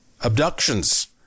abductions